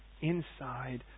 Inside